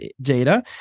data